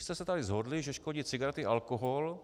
Vy jste se tady shodli, že škodí cigarety a alkohol.